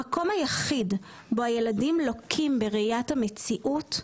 המקום היחיד בו הילדים לוקים בראיית המציאות,